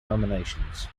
nominations